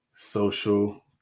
Social